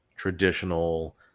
traditional